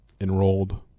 Enrolled